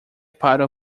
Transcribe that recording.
para